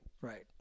Right